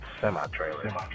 semi-trailer